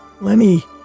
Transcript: Lenny